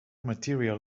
material